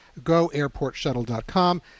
goairportshuttle.com